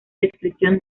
descripción